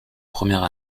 première